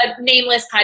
nameless